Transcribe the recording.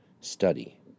Study